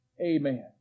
Amen